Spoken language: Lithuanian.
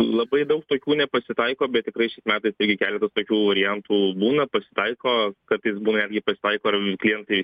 labai daug tokių nepasitaiko bet tikrai šiais metais irgi keletas tokių variantų būna pasitaiko kartais būna irgi pasitaiko ir klientai